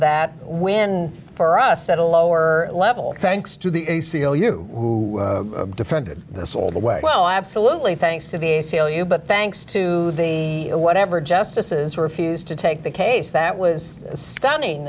that win for us at a lower level thanks to the a c l u who defended this all the way well absolutely thanks to the a c l u but thanks to the whatever justices refused to take the case that was stunning